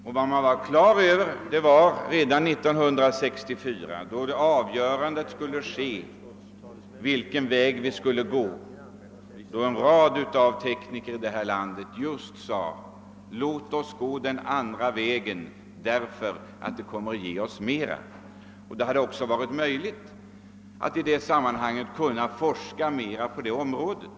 Och redan 1964, när avgörandet skulle fattas om Marviken, sade en rad tekniker här i landet: Låt oss gå den andra vägen, det kommer att ge oss ett större utbyte. Det hade då varit möjligt att bedriva mera forskning också på det speciella området.